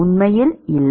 உண்மையில் இல்லை